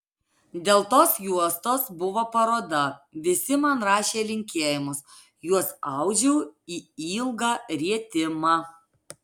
dėl tos juostos buvo paroda visi man rašė linkėjimus juos audžiau į ilgą rietimą